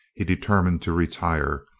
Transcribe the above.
he determined to retire,